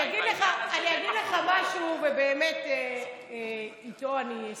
אני אגיד לך גם משהו, ובאמת איתו אני אסיים.